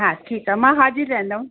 हा ठीकु आहे मां हाजिर रहंदम